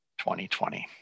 2020